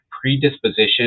predisposition